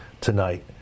tonight